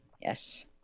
Yes